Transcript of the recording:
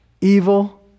Evil